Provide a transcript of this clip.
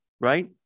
right